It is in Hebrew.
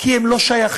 כי הם לא שייכים,